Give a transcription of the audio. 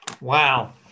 Wow